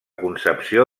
concepció